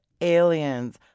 aliens